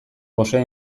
gosea